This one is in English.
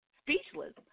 speechless